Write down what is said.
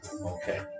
Okay